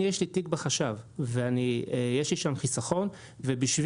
לי יש תיק בחש"ב ויש לי שם חיסכון ובשביל